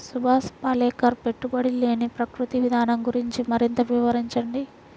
సుభాష్ పాలేకర్ పెట్టుబడి లేని ప్రకృతి విధానం గురించి మరింత వివరించండి